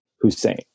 Hussein